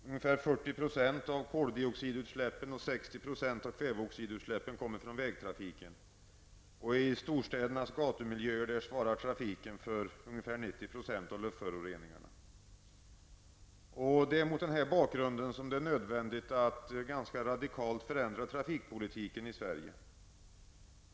Ungefär 40 % av koldioxidutsläppen och 60 % av kväveoxidutsläppen kommer från vägtrafiken. I Det är mot denna bakgrund som det är nödvändigt att ganska radikalt förändra trafikpolitiken i Sverige.